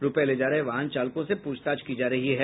रुपये ले जा रहे वाहन चालकों से पूछताछ की जा रही है